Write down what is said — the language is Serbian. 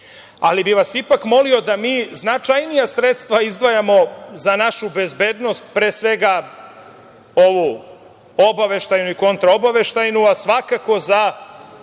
ali bih vas ipak molio da mi značajnija sredstva izdvajamo za našu bezbednost, pre svega ovu obaveštajnu i kontraobaveštajnu, a svakako za